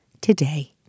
today